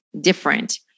different